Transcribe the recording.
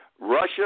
Russia